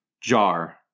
jar